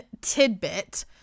tidbit